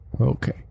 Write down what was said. Okay